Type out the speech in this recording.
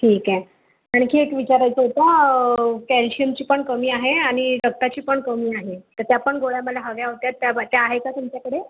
ठीक आहे आणखी एक विचारायचं होतं कॅलशियमची पण कमी आहे आणि रक्ताची पण कमी आहे तर त्या पण गोळ्या मला हव्या होत्या त्या त्या आहे का तुमच्याकडे